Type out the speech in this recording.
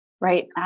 Right